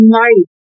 night